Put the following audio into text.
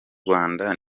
rwanda